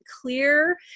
clear